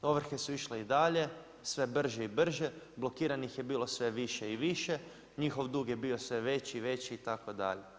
Ovrhe su išle i dalje, sve brže i brže, blokiranih je bilo sve više i više, njihov dug je bio sve veći i veći itd.